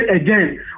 again